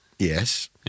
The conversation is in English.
Yes